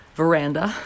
veranda